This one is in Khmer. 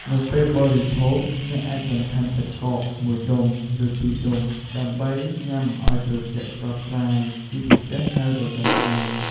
នៅពេលបរិភោគ អ្នកអាចបន្ថែម ទឹកកក មួយដុំ ឬពីរដុំ ដើម្បីញ៉ាំឱ្យត្រជាក់ស្រស់ស្រាយ ជាពិសេសនៅរដូវក្ដៅ។